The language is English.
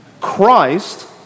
Christ